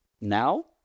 Now